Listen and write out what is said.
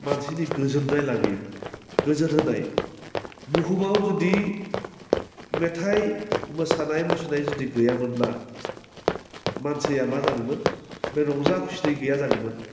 मानिसिनि गोजोन्नाय लाबोयो गोजोन होन्नाय बुहुमाव जुदि मेथाइ मोसानाय मुसुरनाय जुदि गैयामोनब्ला मानसिया मा जागौमोन बे रंजा खुसि गैया जागौमोन